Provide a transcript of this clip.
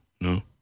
No